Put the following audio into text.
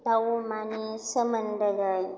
दाव अमानि सोमोन्दोयै